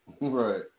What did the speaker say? Right